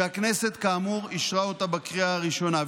והכנסת כאמור אישרה אותה בקריאה הראשונה.